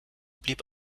blieb